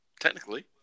technically